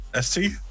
ST